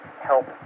help